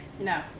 No